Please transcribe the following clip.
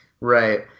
Right